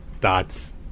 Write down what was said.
dots